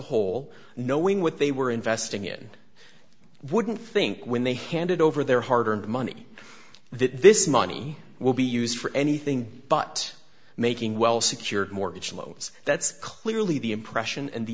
whole knowing what they were investing in wouldn't think when they handed over their hard earned money this money will be used for anything but making well secured mortgage loans that's clearly the impression and the